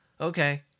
okay